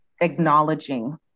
acknowledging